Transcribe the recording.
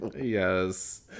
yes